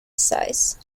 size